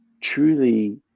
truly